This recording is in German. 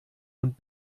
und